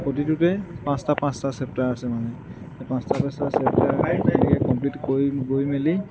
প্ৰতিটোতে পাঁচটা পাঁচটা চেপ্তাৰ আছে মানে এই পাঁচটা পাঁচটা চেপ্তাৰ এনেকৈ কমপ্লিট কৰি কৰি মেলি